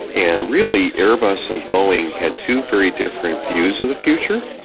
and really airbus and boeing had two very different views of the future,